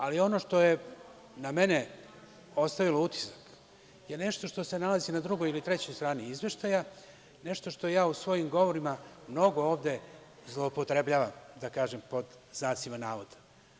Ali, ono što je na mene ostavilo utisak je nešto što se nalazi na drugoj ili trećoj strani izveštaja, nešto što ja u svojim govorima mnogo ovde zloupotrebljavam, da kažem, pod znacima navoda.